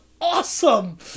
awesome